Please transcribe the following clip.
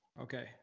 Okay